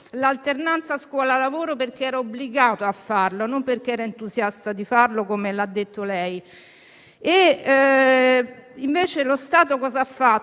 l'alternanza scuola-lavoro perché era obbligato a farla, e non perché entusiasta di farlo, come ha detto lei. E invece lo Stato cosa ha fatto